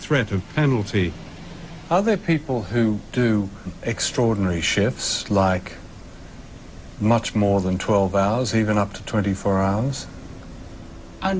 threat of penalty other people who do extraordinary shifts like much more than twelve hours even up to twenty four hours i